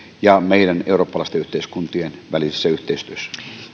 ja meidän eurooppalaisten yhteiskuntien välisessä yhteistyössä